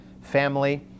family